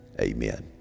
amen